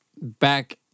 back